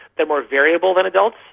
they're more variable than adults,